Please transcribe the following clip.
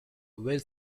will